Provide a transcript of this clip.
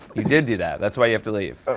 you did do that. that's why you have to leave.